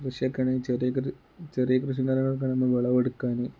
കൃഷിയൊക്കെ ആണങ്കിൽ ചെറിയ ചെറിയ കൃഷിയും കാര്യങ്ങളൊക്കെ ആണെങ്കിൽ വിളവെടുക്കാൻ